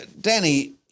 Danny